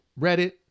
Reddit